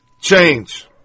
change